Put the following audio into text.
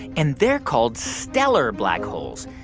and they're called stellar black holes.